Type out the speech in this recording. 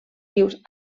rius